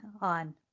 on